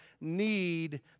need